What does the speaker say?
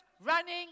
running